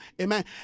amen